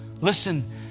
Listen